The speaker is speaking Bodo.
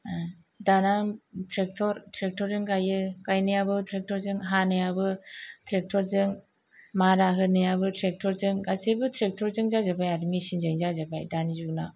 दाना ट्रेकटर जों गायो गायनायाबो ट्रेकटर जों हानायाबो ट्रेकटर जों मारा होनायाबो ट्रेकटर जों गासैबो ट्रेकटर जों जाजोबबाय आरो मिसिन जों जाजोबबाय दानि जुगना